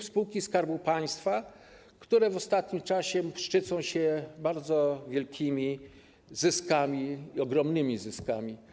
spółki Skarbu Państwa, które w ostatnim czasie szczycą się bardzo wielkimi zyskami, ogromnymi zyskami.